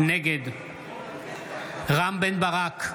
נגד רם בן ברק,